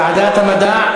ועדת המדע.